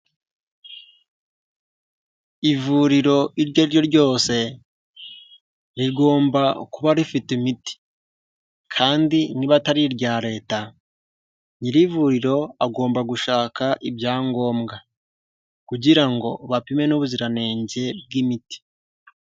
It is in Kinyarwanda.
Ivuriro iryo ari ryo ryose, rigomba kuba rifite imiti. Kandi niba atari irya leta, nyir'ivuriro agomba gushaka ibyangombwa. Kugira ngo bapime n'ubuziranenge bw'imiti.